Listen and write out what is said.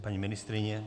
Paní ministryně?